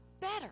better